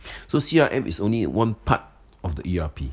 so C_R_M is only one part of the E_R_P